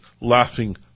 laughing